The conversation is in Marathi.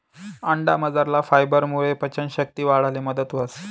अंडामझरला फायबरमुये पचन शक्ती वाढाले मदत व्हस